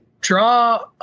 draw